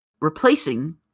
replacing